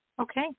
Okay